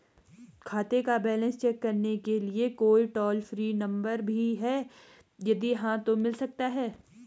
खाते का balance check करने के लिए कोई टॉल फ्री नम्बर भी है यदि हाँ तो मिल सकता है?